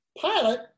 pilot